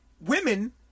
Women